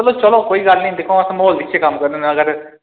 चलो चलो कोई गल्ल निं दिक्खो आं अस म्हौल दिक्खियै कम्म करने होन्ने अगर